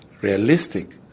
realistic